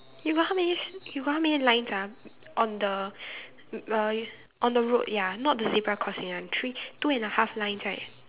you got how many you got how many lines ah on the uh on the road ya not the zebra crossing one three two and a half lines right